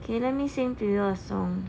okay let me sing to your song